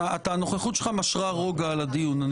הנוכחות שלך משרה רוגע על הדיון.